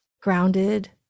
grounded